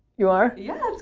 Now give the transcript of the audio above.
you are? yeah.